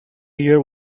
near